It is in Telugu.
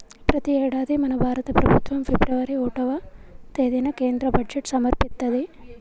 ప్రతి యేడాది మన భారత ప్రభుత్వం ఫిబ్రవరి ఓటవ తేదిన కేంద్ర బడ్జెట్ సమర్పిత్తది